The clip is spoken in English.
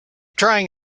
trying